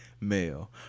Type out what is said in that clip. male